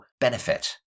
benefit